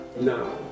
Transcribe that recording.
now